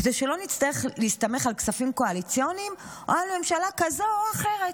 כדי שלא נצטרך להסתמך על כספים קואליציוניים או על ממשלה כזאת או אחרת.